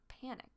panic